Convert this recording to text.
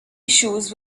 issues